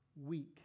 weak